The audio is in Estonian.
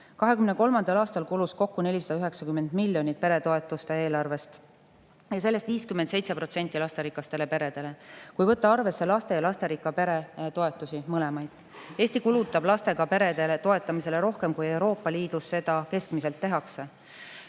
2023. aastal kulus kokku 490 miljonit peretoetuste eelarvest ja sellest 57% lasterikastele peredele, kui võtta arvesse laste‑ ja lasterikka pere toetusi, mõlemaid. Eesti kulutab lastega perede toetamisele rohkem, kui Euroopa Liidus keskmiselt tehakse.